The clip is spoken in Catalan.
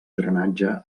drenatge